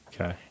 Okay